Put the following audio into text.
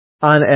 On